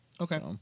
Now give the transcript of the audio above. Okay